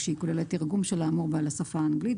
כשהיא כוללת תרגום של האמור בה לשפה האנגלית.